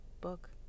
book